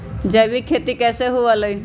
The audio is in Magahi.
जैविक खेती कैसे हुआ लाई?